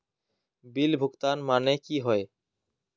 Bill भुगतान माने की होय?